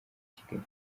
kigali